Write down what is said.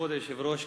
כבוד היושב-ראש,